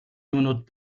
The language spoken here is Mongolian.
юмнууд